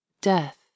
Death